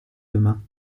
demain